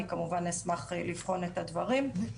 אני כמובן אשמח לבחון את הדברים.